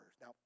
Now